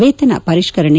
ವೇತನ ಪರಿಷ್ಠರಣೆ